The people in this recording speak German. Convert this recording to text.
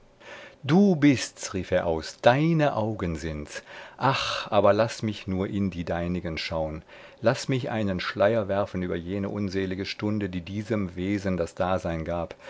du bists rief er aus deine augen sinds ach aber laß mich nur in die deinigen schaun laß mich einen schleier werfen über jene unselige stunde die diesem wesen das dasein gab